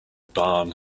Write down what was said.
barn